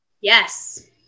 Yes